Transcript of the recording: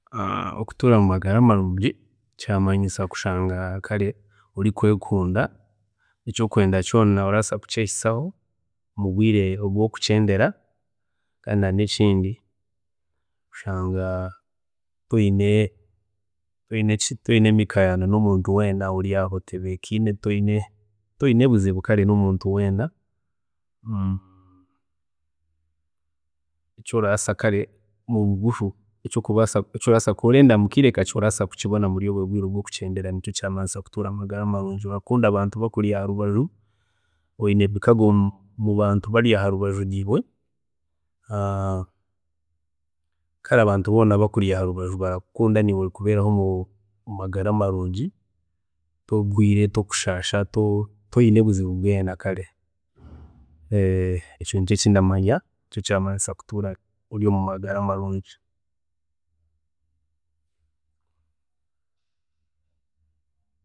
Okutuura mumagara marungi kiramanyiisa kushanga kare orikwekunda, eki orikwenda kyoona orabaasa kukyehisaho omubwiire obu ori kukyendera kandi hamwe nekindi toyine nkayana zoona nomuntu weena ori aho otebenkiine, toyine toyine buzibu kare nomuntu weena, eki orabaasa orenda kare mubugufu eki orabaasa kuba orenda mukiire kakye orabaasa kukibona muri obwe bwiire obu orikukyenderamu nikyo kirabaasa kukora amagara marungi, oyine emikago orakunda abantu abakuri aharubaju, oyine emikago mubantu abari aharubaju niiwe, kare abantu boona abakuri aharubaju barakukunda niiwe orikubeeraho omumagara marungi, torwiire, torikushaasha, toyine buzibu bwoona kare, ekyo nikyo eki ndamanya ekyokutuura ori omumagara marungi